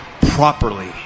properly